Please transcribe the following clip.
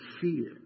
fear